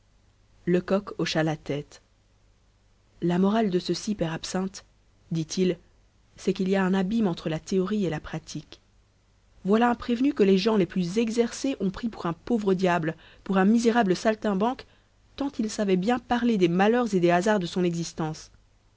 lecoq hocha la tête la morale de ceci père absinthe dit-il c'est qu'il y a un abîme entre la théorie et la pratique voilà un prévenu que les gens les plus exercés ont pris pour un pauvre diable pour un misérable saltimbanque tant il savait bien parler des malheurs et des hasards de son existence